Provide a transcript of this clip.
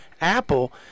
apple